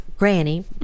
granny